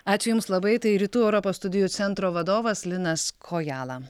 ačiū jums labai tai rytų europos studijų centro vadovas linas kojala